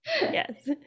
Yes